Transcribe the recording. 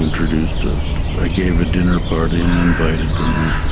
introduced us. i gave a dinner party and invited them.